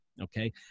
okay